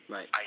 Right